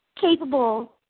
capable